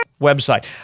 website